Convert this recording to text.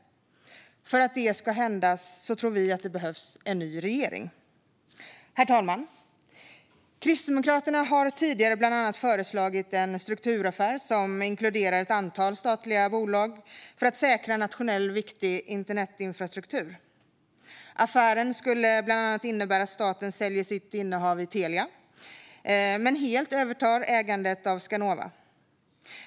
För att det ska hända tror vi att det behövs en ny regering. Herr talman! Kristdemokraterna har tidigare bland annat föreslagit en strukturaffär som inkluderar ett antal statliga bolag för att säkra nationellt viktig internetinfrastruktur. Affären skulle bland annat innebära att staten säljer sitt innehav i Telia men helt övertar ägandet av Skanova.